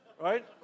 Right